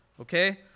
okay